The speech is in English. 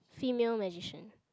female magician